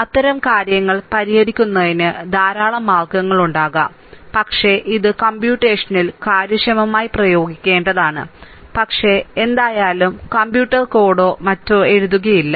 അത്തരം കാര്യങ്ങൾ പരിഹരിക്കുന്നതിന് ധാരാളം മാർഗ്ഗങ്ങളുണ്ടാകാം പക്ഷേ ഇത് കമ്പ്യൂട്ടേഷണലി കാര്യക്ഷമമായി പ്രയോഗിക്കേണ്ടതാണ് പക്ഷേ എന്തായാലും കമ്പ്യൂട്ടർ കോഡോ മറ്റോ എഴുതുകയില്ല